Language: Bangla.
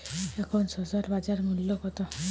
এখন শসার বাজার মূল্য কত?